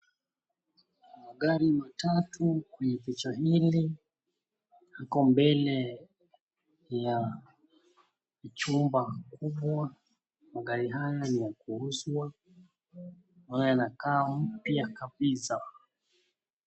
Magari matatu kwenye picha hili Iko mbele ya chumba kubwa. Magari haya ni ya kuuzwa na yanakaa mpya kabisa.